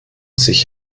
sich